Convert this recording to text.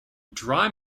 dry